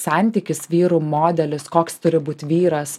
santykis vyrų modelis koks turi būt vyras